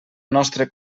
nostre